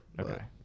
Okay